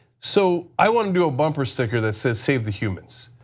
so i want to do a bumper sticker that says save the humans.